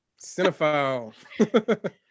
cinephile